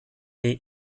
jej